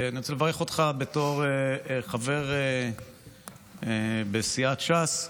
אני רוצה לברך אותך בתור חבר בסיעת ש"ס.